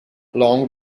long